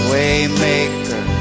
Waymaker